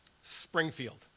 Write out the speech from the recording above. Springfield